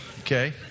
okay